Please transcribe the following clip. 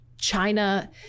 China